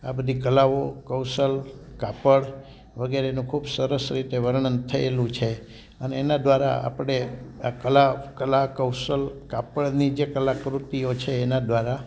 આ બધી કલાઓ કૌશલ કાપડ વગેરેને ખૂબ સરસ રીતે વર્ણન થયેલું છે અને એના દ્વારા આપણે આ કલા કલા કૌશલ કાપડની જે કલાકૃતિઓ છે એના દ્વારા